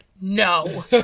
no